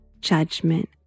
judgment